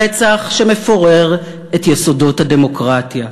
רצח שמפורר את יסודות הדמוקרטיה.